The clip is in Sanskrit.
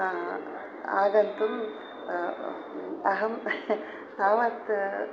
आगन्तुम् अहं तावत्